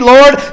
Lord